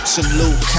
Salute